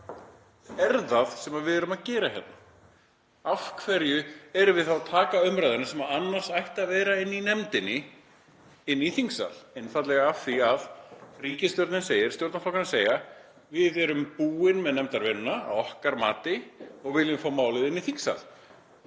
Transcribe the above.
er sem við erum að gera hérna. Af hverju erum við að taka umræðuna, sem ætti að vera inni í nefndinni, í þingsal? Einfaldlega af því að ríkisstjórnin segir, stjórnarflokkarnir segja: Við erum búin með nefndarvinnuna að okkar mati og viljum fá málið inn í þingsal.